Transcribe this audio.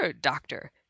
Doctor